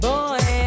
Boy